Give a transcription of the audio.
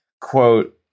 quote